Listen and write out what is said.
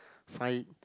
find it